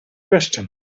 question